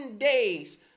days